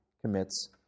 commits